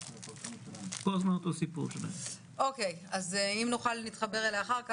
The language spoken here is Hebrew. אם נוכל נתחבר מאוחר יותר.